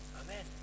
Amen